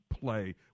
play